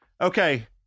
Okay